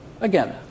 again